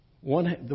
one